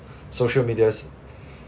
social media's